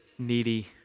needy